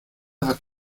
hat